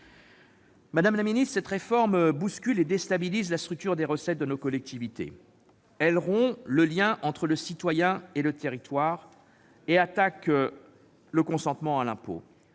Madame la ministre, cette réforme bouscule et déstabilise la structure des recettes de nos collectivités territoriales ; elle rompt le lien entre le citoyen et le territoire et attaque le consentement à l'impôt